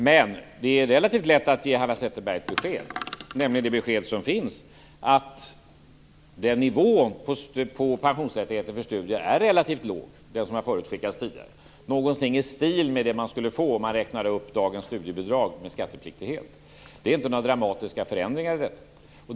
Men det är relativt lätt att ge Hanna Zetterberg ett besked, nämligen det besked som finns: Den nivå på pensionsrättigheter för studier som har förutskickats tidigare är relativt låg, någonting i stil med vad man skulle få om man räknade upp dagens studiebidrag med skattepliktighet. Det är inte några dramatiska förändringar i detta.